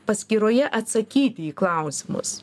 paskyroje atsakyti į klausimus